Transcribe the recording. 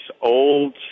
old